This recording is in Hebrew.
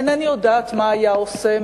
אינני יודעת מה היה עושה,